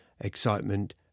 excitement